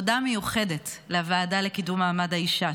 תודה מיוחדת לוועדה לקידום מעמד האישה,